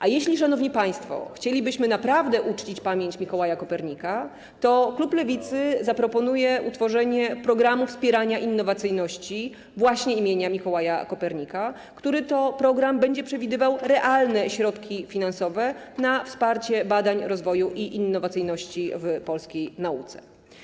A jeśli, szanowni państwo, chcielibyśmy naprawdę uczcić pamięć Mikołaja Kopernika, to klub Lewicy zaproponuje utworzenie programu wspierania innowacyjności właśnie imienia Mikołaja Kopernika, który to program będzie przewidywał realne środki finansowe na wsparcie badań, rozwoju i innowacyjności w polskiej nauce.